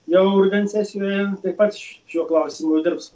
jau rudens sesijoje taip pat šiuo klausimu dirbs